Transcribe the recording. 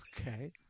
Okay